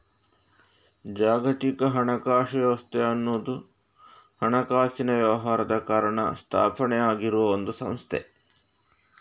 ಜಾಗತಿಕ ಹಣಕಾಸು ವ್ಯವಸ್ಥೆ ಅನ್ನುವುದು ಹಣಕಾಸಿನ ವ್ಯವಹಾರದ ಕಾರಣ ಸ್ಥಾಪನೆ ಆಗಿರುವ ಒಂದು ಸಂಸ್ಥೆ